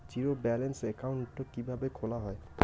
Zero balance account কিভাবে খোলা হয়?